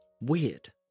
Weird